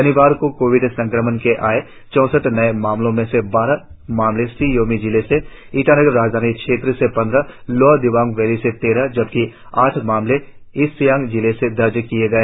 शनिवार को कोविड संक्रमण के आए चौसठ नए मामलों में से बारह मामले शी योमी जिले से ईटानगर राजधानी क्षेत्र से पंद्रह लोअर दिबांग वैली से तेरह जबकि आठ मामले ईस्ट सियांग जिले से दर्ज किए गए